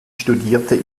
studierte